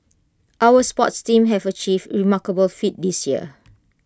our sports teams have achieved remarkable feats this year